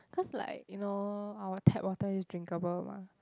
cause like you know our tap water is drinkable mah